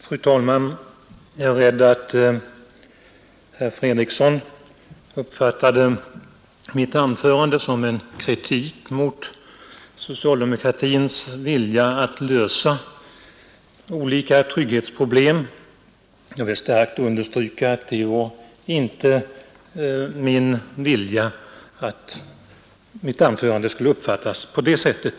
Fru talman! Jag är rädd att herr Fredriksson uppfattade mitt anförande som en kritik mot socialdemokratins vilja att lösa olika trygghetsproblem, och jag vill starkt understryka att det inte var min vilja att mitt anförande skulle uppfattas på det sättet.